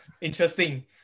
interesting